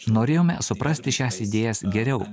norėjome suprasti šias idėjas geriau